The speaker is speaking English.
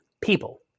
people